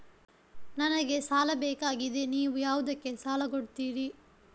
ನನಗೆ ಸಾಲ ಬೇಕಾಗಿದೆ, ನೀವು ಯಾವುದಕ್ಕೆ ಸಾಲ ಕೊಡ್ತೀರಿ?